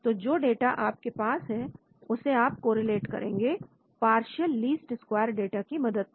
तो जो डाटा आपके पास है उसे आप कोरिलेट करेंगे पार्शियल लीस्ट स्क्वायर डाटा की मदद से